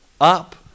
Up